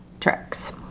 tricks